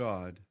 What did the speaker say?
God